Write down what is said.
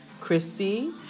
Christy